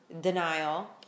denial